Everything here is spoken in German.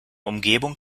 umgebung